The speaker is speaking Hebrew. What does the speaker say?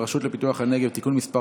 הצעת חוק הרשות לפיתוח הנגב (תיקון מס'